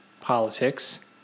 politics